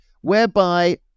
whereby